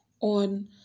on